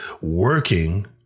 working